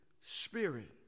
Spirit